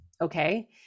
okay